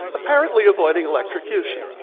apparently avoiding electrocution.